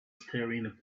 staring